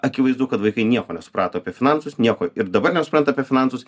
akivaizdu kad vaikai nieko nesuprato apie finansus nieko ir dabar nesupranta apie finansus